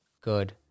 Good